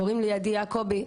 שמי עדי יעקובי,